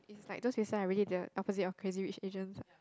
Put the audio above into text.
it's like those places are really the opposite of Crazy Rich Asians